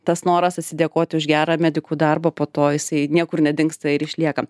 tas noras atsidėkoti už gerą medikų darbą po to jisai niekur nedingsta ir išlieka